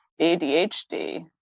adhd